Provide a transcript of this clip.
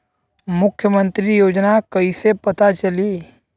मुख्यमंत्री योजना कइसे पता चली?